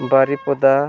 ᱵᱟᱨᱤᱯᱟᱫᱟ